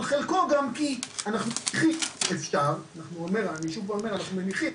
אבל חלקו גם כי אנחנו מניחים שאפשר ואני אומר שאנחנו מניחים,